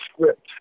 script